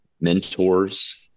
mentors